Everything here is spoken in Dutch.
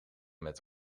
met